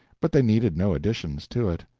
but they needed no additions to it.